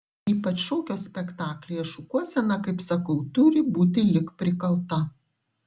ypač šokio spektaklyje šukuosena kaip sakau turi būti lyg prikalta